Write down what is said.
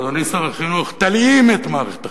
אדוני שר החינוך: תלאים את מערכת החינוך,